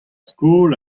skol